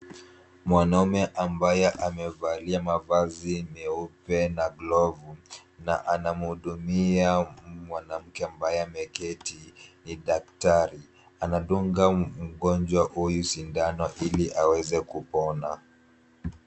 Mwanaume ambaye amevalia mavazi meupe na glovu na anamhudumia mwanamke ambaye ameketi ni daktari anadunga mgonjwa huyu sindano ili aweze kupona.